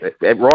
right